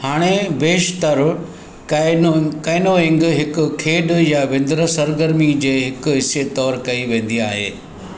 हाणे बेशितरु canoe canoeing हिकु खेदु या विंदुरु सरगर्मी जे हिकु हिसे तौरु कई वेंदी आहे